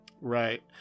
Right